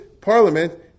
parliament